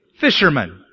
fisherman